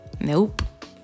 nope